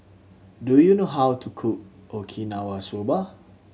do you know how to cook Okinawa Soba